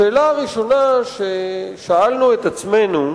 השאלה הראשונה ששאלנו את עצמנו,